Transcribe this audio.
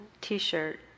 t-shirt